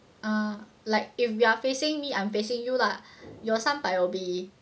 err like if you are facing me I'm facing you lah your 三百 will be